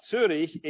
Zürich